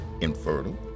infertile